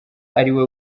ariwe